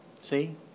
See